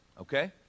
okay